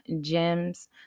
gems